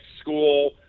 school